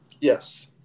Yes